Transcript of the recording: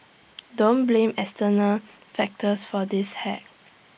don't blame external factors for this hack